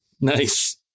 Nice